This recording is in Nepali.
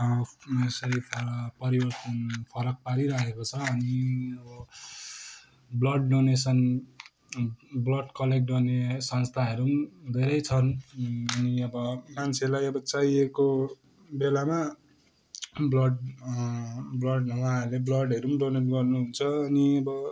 यसरी त परिवर्तन फरक पारि रहेको छ अनि अब ब्लड डोनेसन् ब्लड कलेक्ट गर्ने संस्थाहरू पनि धेरै छन् अनि अब मान्छेलाई चाहिएको बेलामा ब्लड ब्लड उहाँहरूले ब्लडहरू पनि डोनेट गर्नुहुन्छ अनि अब